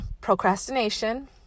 procrastination